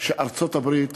שארצות-הברית